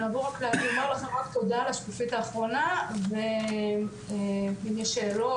נעבור רק לשקופית האחרונה ונומר לכם תודה ואם יש שאלות,